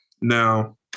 Now